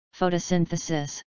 Photosynthesis